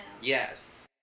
yes